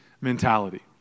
mentality